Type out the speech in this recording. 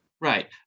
Right